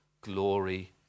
glory